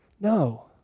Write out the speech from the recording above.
no